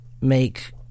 make